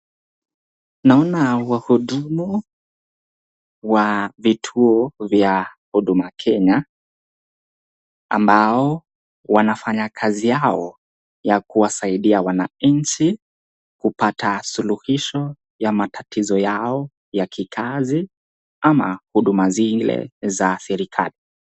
Naona wahudumu wa vituo vya huduma kenya ambao wanafanya kazi yao ya kuwasaidia wananchi kupata suluhisho ya matatizo yao ya kikazi ama huduma zile za serekali.